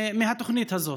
מהתוכנית הזאת?